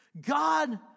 God